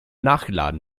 nachgeladen